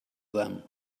them